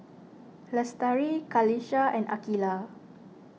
Lestari Qalisha and Aqilah